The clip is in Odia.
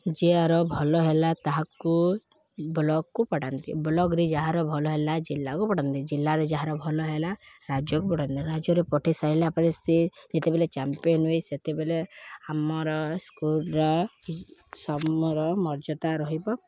ଯହାର ଭଲ ହେଲା ତାହାକୁ ବ୍ଲକ୍କୁ ବଢ଼ାନ୍ତି ବ୍ଲକ୍ରେ ଯାହାର ଭଲ ହେଲା ଜିଲ୍ଲାକୁ ବଢ଼ାନ୍ତି ଜିଲ୍ଲାରେ ଯାହାର ଭଲ ହେଲା ରାଜ୍ୟକୁ ବଢ଼ାନ୍ତି ରାଜ୍ୟରେ ପଠେଇ ସାରିଲା ପରେ ସେ ଯେତେବେଲେ ଚମ୍ପିଅନ୍ ହୁଏ ସେତେବେଲେ ଆମର ସ୍କୁଲ୍ର ସମର୍ ମର୍ଯ୍ୟାଦା ରହିବ